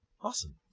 awesome